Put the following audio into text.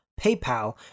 PayPal